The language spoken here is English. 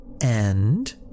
And